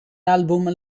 album